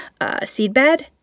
Seedbed